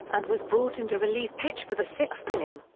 and was brought in to relief pitch for the sixth inning.